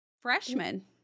freshman